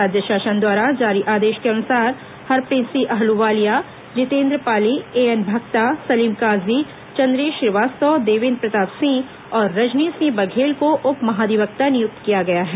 राज्य शासन द्वारा जारी आदेश के अनुसार हरप्रीत सिंह अहलुवालिया जितेंद्र पाली एएन भक्ता सलीम काजी चंद्रेश श्रीवास्तव देवेंद्र प्रताप सिंह और रजनीश सिंह बघेल को उप महाधिवक्ता नियुक्त किया गया है